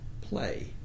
play